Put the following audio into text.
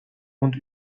und